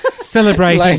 Celebrating